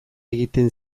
egiten